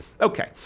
Okay